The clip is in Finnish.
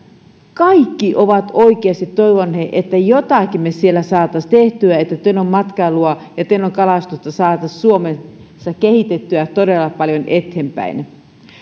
kaikki ovat oikeasti toivoneet että jotakin me siellä saisimme tehtyä että tenon matkailua ja tenon kalastusta saataisiin suomessa kehitettyä todella paljon eteenpäin